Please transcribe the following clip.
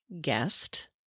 guest